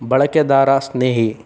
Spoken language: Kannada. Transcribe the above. ಬಳಕೆದಾರ ಸ್ನೇಹಿ